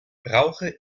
brauche